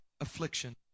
affliction